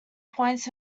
points